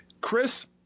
Chris